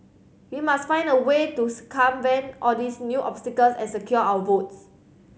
we must find a way to circumvent all these new obstacles and secure our votes